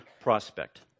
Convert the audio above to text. prospect